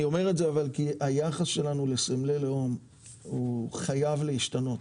אני אומר את זה כי היחס שלנו לסמלי לאום הוא חייב להשתנות,